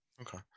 Okay